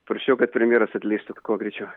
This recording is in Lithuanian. prašiau kad premjeras atleistų kuo greičiau